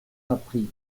appris